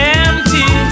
empty